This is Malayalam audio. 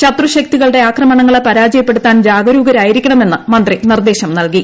ശത്രു ശക്തികളുടെ ആക്രമണങ്ങളെ പരാജയപ്പെടുത്താൻ ജീഗരൂകരായിരിക്കണമെന്ന് മന്ത്രി നിർദ്ദേശം നൽകി